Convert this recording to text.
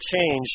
change